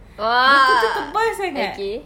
!wah! okay